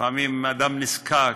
לפעמים אדם נזקק,